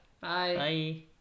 Bye